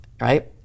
right